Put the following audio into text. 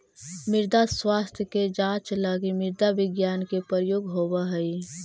मृदा स्वास्थ्य के जांच लगी मृदा विज्ञान के प्रयोग होवऽ हइ